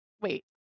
wait